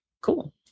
cool